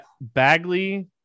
Bagley